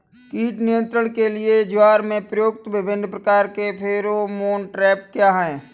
कीट नियंत्रण के लिए ज्वार में प्रयुक्त विभिन्न प्रकार के फेरोमोन ट्रैप क्या है?